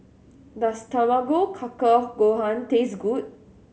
does Tamago Kake Gohan taste good